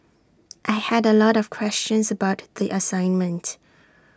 I had A lot of questions about the assignment